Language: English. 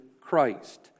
Christ